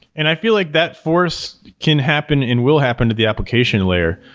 and i feel like that force can happen and will happen to the application layer,